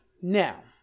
Now